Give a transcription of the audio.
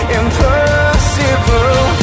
impossible